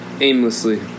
aimlessly